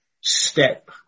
step